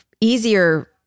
easier